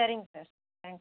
சரிங்க sir thanks